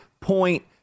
point